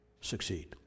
succeed